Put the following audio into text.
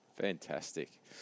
Fantastic